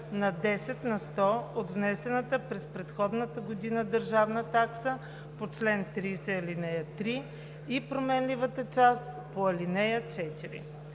на 10 на сто от внесената през предходната година държавна такса по чл. 30, ал. 3 и променливата част от ал. 4.